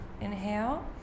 Inhale